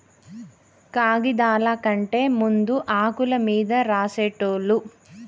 కాగిదాల కంటే ముందు ఆకుల మీద రాసేటోళ్ళు